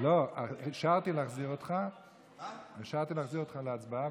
אישרתי להחזיר אותך להצבעה,